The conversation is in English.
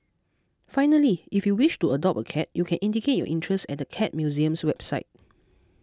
finally if you wish to adopt a cat you can indicate your interest at the Cat Museum's website